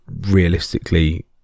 realistically